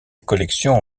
collection